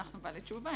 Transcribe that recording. אנחנו בעלי תשובה.